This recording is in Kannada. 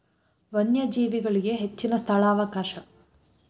ವನ್ಯಜೇವಿಗಳಿಗೆ ಹೆಚ್ಚಿನ ಸ್ಥಳಾವಕಾಶ